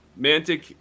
Mantic